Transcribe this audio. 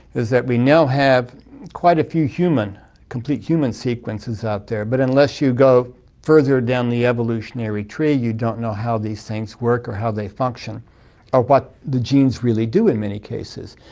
is that we now have quite a few complete human sequences out there, but unless you go further down the evolutionary tree you don't know how these things work or how they function or what the genes really do in many cases.